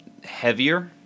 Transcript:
heavier